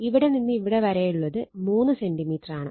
ഇവിടെ നിന്ന് ഇവിടെ വരെയുള്ളത് 3 സെന്റിമീറ്ററാണ്